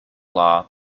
law